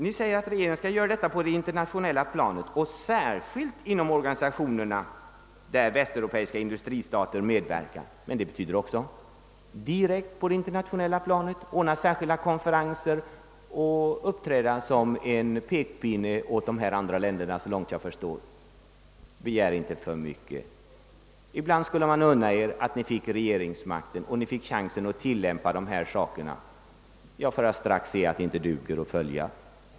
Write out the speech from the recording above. Ni säger att regeringen skall främja den ekonomiska expansionen på det internationella planet, och särskilt inom organisationer där västeuropeiska industristater medverkar. Men detta betyder såvitt jag kan förstå också att man på det internationella planet måste anordna särskilda konferenser och uppträda med pekpinnen inför övriga länder. Begär inte för mycket! Ibland skulle man unna er att få regeringsmakten så att ni fick chansen att tilllämpa dessa principer för att strax upptäcka att de inte går att tillämpa.